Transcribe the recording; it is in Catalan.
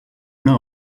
una